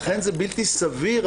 לכן בלתי סביר,